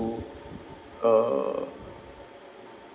uh